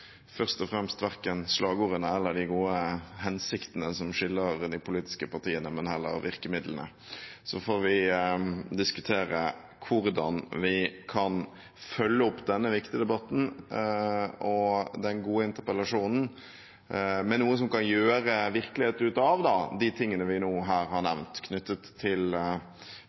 først og fremst er verken slagordene eller de gode hensiktene som skiller de politiske partiene, men heller virkemidlene. Så får vi diskutere hvordan vi kan følge opp denne viktige debatten og den gode interpellasjonen med noe som kan gjøre virkelighet av det vi nå har nevnt, knyttet til